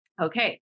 Okay